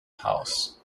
house